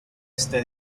este